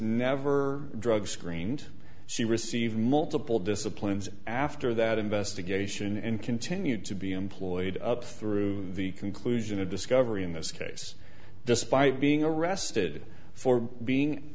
never drug screened she received multiple disciplines after that investigation and continued to be employed up through the conclusion of discovery in this case despite being arrested for being